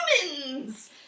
humans